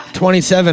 27